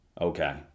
okay